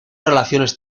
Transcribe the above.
relaciones